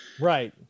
Right